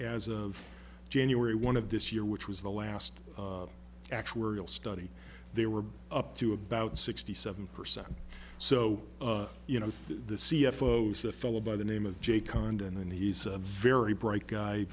as of january one of this year which was the last actuarial study they were up to about sixty seven percent so you know the c f o as the fellow by the name of jay condon and he's a very bright guy